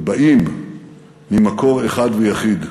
ובאים ממקור אחד ויחיד: